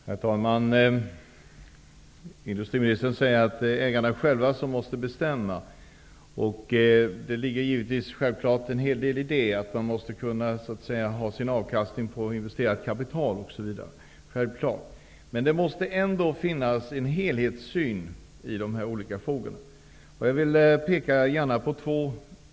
Herr talman! Industriministern säger att ägarna själva måste bestämma. Självfallet ligger det en hel del i det. Man måste ju kunna få avkastning på investerat kapital osv. Men det måste ändå finnas en helhetssyn i de här olika frågorna. Jag vill peka på tre områden.